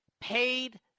paid